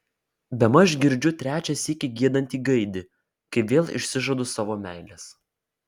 bemaž girdžiu trečią sykį giedantį gaidį kai vėl išsižadu savo meilės